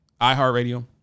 iHeartRadio